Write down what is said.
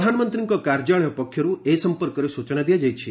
ପ୍ରଧାନମନ୍ତ୍ରୀଙ୍କ କାର୍ଯ୍ୟାଳୟ ପକ୍ଷରୁ ଏ ସଂପର୍କରେ ସ୍ବଚନା ଦିଆଯାଇଛି